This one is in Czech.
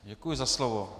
Děkuji za slovo.